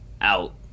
out